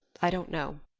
i don't know,